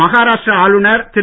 மகாராஷ்டிரா ஆளுநர் திரு